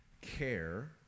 care